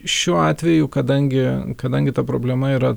šiuo atveju kadangi kadangi ta problema yra